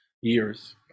years